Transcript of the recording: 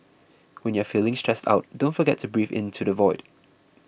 when you are feeling stressed out don't forget to breathe into the void